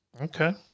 Okay